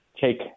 take